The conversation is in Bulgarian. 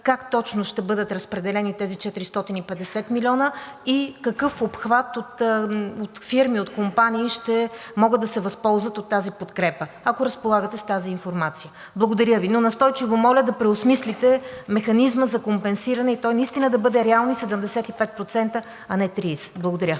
как точно ще бъдат разпределени тези 450 милиона и какъв обхват от фирми и компании ще могат да се възползват от тази подкрепа, ако разполагате с тази информация? Настойчиво моля да преосмислите механизма за компенсиране и той наистина да бъде реални 75%, а не 30%. Благодаря.